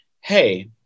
Hey